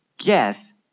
Yes